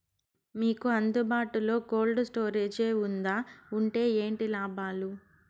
మీకు అందుబాటులో బాటులో కోల్డ్ స్టోరేజ్ జే వుందా వుంటే ఏంటి లాభాలు?